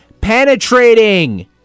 penetrating